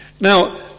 Now